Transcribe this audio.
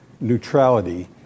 neutrality